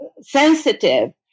sensitive